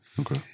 Okay